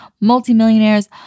multimillionaires